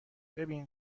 ببین